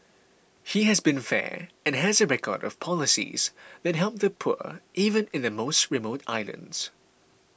he has been fair and has a record of policies that help the poor even in the most remote islands